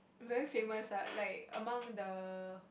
very famous what like among the